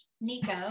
Nico